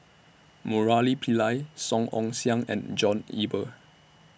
Murali Pillai Song Ong Siang and John Eber